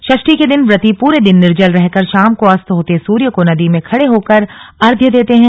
षष्ठी के दिन व्रती पूरे दिन निर्जल रहकर शाम को अस्त होते सूर्य को नदी में खड़े होकर अर्घ्य देते हैं